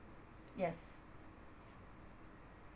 yes